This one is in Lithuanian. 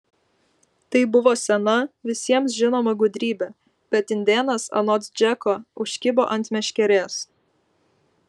tai buvo sena visiems žinoma gudrybė bet indėnas anot džeko užkibo ant meškerės